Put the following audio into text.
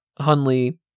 hunley